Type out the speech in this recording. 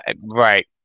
right